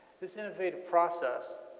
this innovative process